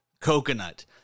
coconut